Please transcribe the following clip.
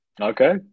Okay